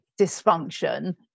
dysfunction